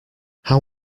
how